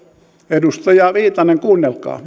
edustaja viitanen kuunnelkaa